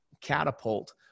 catapult